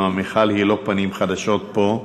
כלומר מיכל היא לא פנים חדשות פה,